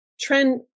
trend